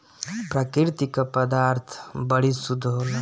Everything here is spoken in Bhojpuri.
प्रकृति क पदार्थ बड़ी शुद्ध होला